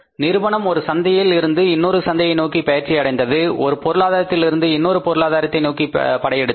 நிறுவனம் ஒரு சந்தையில் இருந்து இன்னொரு சந்தையை நோக்கி பெயர்ச்சி அடைந்தது ஒரு பொருளாதாரத்தில் இருந்து இன்னொரு பொருளாதாரத்தை நோக்கி படையெடுத்தது